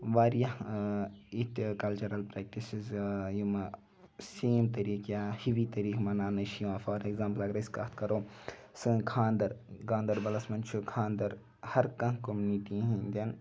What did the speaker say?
واریاہ یِتھۍ cultural practices یِم سیم طٔریٖقہٕ یا ہِوی طٔریٖقہٕ مَناونہٕ چھِ یِوان فار ایٚگزامپٕل اَگَر أسۍ کَتھ کَرَو ٮسٲنۍ خانٛدَر گاندَربَلَس مَنٛز چھُ خانٛدَر ہَر کانٛہہ کوٚمنِٹِی ہِندٮ۪ن